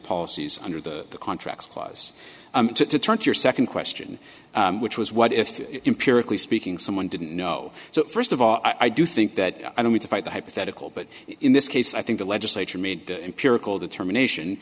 policies under the contracts clause to turn to your second question which was what if empirically speaking someone didn't know so first of all i do think that i don't need to fight the hypothetical but in this case i think the legislature made the empirical determination